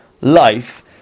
life